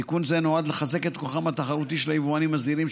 תיקון זה נועד לחזק את כוחם התחרותי של היבואנים הזעירים,